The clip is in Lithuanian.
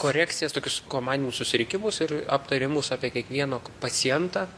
korekcijas tokius komandinius susirinkimus ir aptarimus apie kiekvieno pacientą